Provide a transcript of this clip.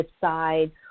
decide